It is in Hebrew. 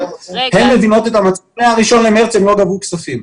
אבל הן מבינות את המצב ומה-1 במארס הן לא גבו כספים.